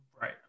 Right